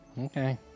Okay